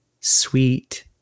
sweet